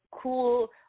cool